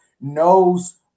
knows